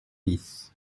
dix